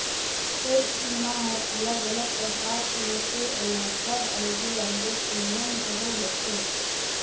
health बीमा हर अलग अलग परकार के होथे अउ ओखर अलगे अलगे प्रीमियम घलो होथे